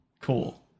cool